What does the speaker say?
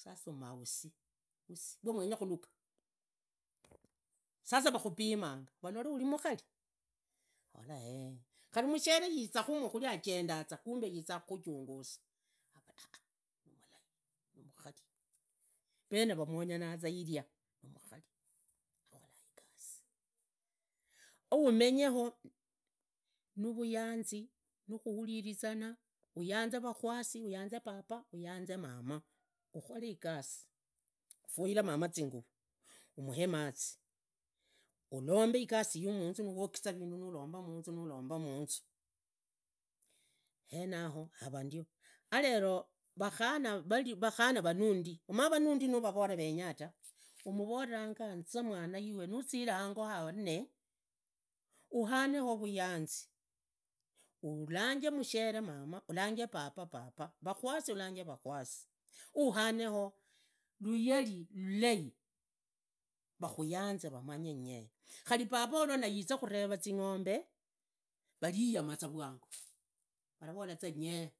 Sasa umausi usiluwenya khulaga, umanye vakhuloimanga vavole ulimukhali uvola eeh, khari mushere yizakhumu khari ajendaza kumbe yizakuhujungusa avolala ah nimulai nimukhali vene vamonyanaza iria nimukhali akhoraa igasi, ufuire mama zinguvu, umuhemazi ulombe igasi yumunzu nuwogiza vindu nulomba nulomba munzu henao havanduo. Aleroo vakhana vanuundi vakhana vanundi nuvavora lero venya mba, muvovanya enza iwe nuzire hango hawenee uhane yabo vayanzi, ulanje mushere mama, ulanje baba, vakwasi alanje vakwasi, uhaneho lugali lului, vakhuyanze vamanyee khari babao nayizekhureva zingombe valiyama za vwangu, vavavola za nyee,